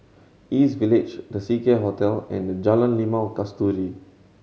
East Village The Seacare Hotel and Jalan Limau Kasturi